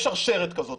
יש שרשרת כזאת